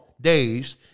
days